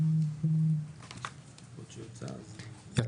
איתי יצא.